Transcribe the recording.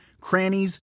crannies